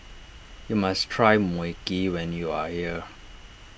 you must try Mui Kee when you are here